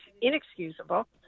inexcusable